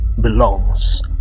belongs